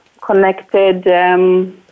connected